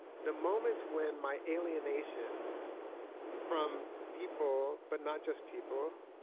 the moments when my alienation from people but not just people,